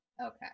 Okay